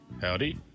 Howdy